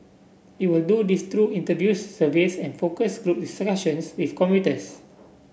it will do this through interviews surveys and focus group discussions with commuters